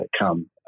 come